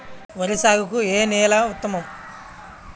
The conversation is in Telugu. వరి సాగుకు ఏ నేల ఉత్తమం?